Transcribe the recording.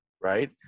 right